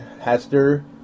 Hester